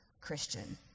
Christian